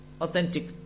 Authentic